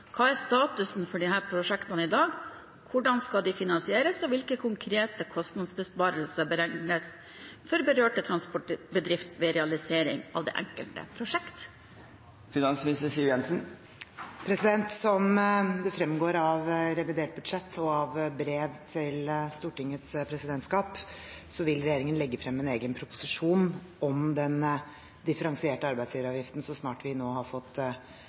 hva er statusen for disse prosjektene i dag, hvordan skal de finansieres, og hvilke konkrete kostnadsbesparelser beregnes for berørte transportbedrifter ved realisering av det enkelte prosjekt?» Som det fremgår av revidert budsjett og av brev til Stortingets presidentskap, vil regjeringen legge frem en egen proposisjon om den differensierte arbeidsgiveravgiften så snart vi har fått